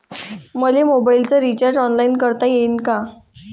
मले मोबाईलच recharge online करता येईन का?